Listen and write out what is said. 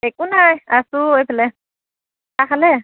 একো নাই আছো এইফালে চাহ খালে